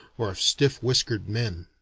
or of stiff-whiskered men.